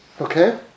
Okay